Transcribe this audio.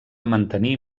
mantenir